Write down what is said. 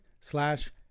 slash